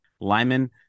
Lyman